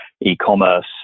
e-commerce